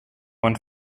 went